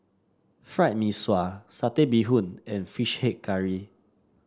Fried Mee Sua Satay Bee Hoon and fish head curry